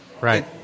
Right